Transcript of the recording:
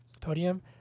podium